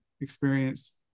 experience